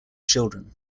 children